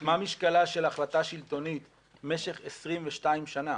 --- מה משקלה של החלטה שלטונית במשך 22 שנה?